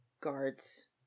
guards